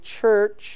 church